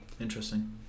Interesting